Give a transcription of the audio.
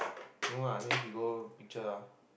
no ah then he go picture ah